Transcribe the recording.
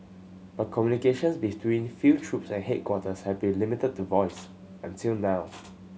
but communications between field troops and headquarters have been limited to voice until now